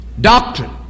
Doctrine